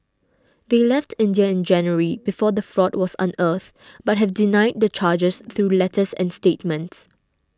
they left India in January before the fraud was unearthed but have denied the charges through letters and statements